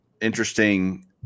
interesting